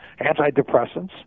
antidepressants